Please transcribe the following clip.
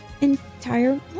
entire